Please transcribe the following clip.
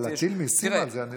אבל להטיל מיסים על זה אני לא רוצה.